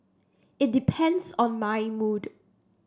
it depends on my mood